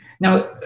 Now